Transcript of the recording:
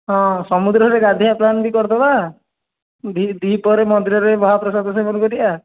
ହଁ ସମୁଦ୍ରରେ ଗାଧେଇବା ପ୍ଲାନ୍ ବି କରଦେବା ଦ୍ଵି ଦ୍ଵିପହରେ ମନ୍ଦିରରେ ମହାପ୍ରସାଦ ସେବନ କରିବା